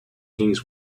kings